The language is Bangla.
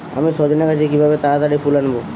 আমি সজনে গাছে কিভাবে তাড়াতাড়ি ফুল আনব?